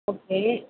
okay